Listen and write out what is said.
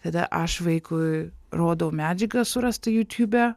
tada aš vaikui rodau medžiagą surastą jutiube